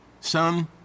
Son